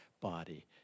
body